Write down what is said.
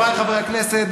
חבריי חברי הכנסת,